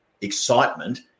excitement